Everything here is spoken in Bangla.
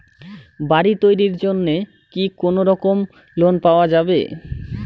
বাড়ি তৈরির জন্যে কি কোনোরকম লোন পাওয়া যাবে?